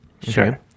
Sure